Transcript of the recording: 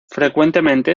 frecuentemente